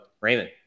Raymond